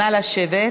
נא לשבת,